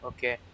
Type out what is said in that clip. Okay